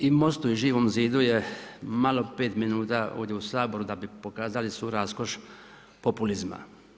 I Most-u i Živom zidu je malo pet minuta ovdje u Saboru da bi pokazali svu raskoš populizma.